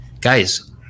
guys